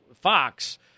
Fox